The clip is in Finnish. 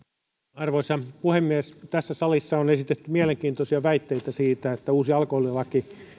arvoisa puhemies tässä salissa on esitetty mielenkiintoisia väitteitä siitä että uusi alkoholilaki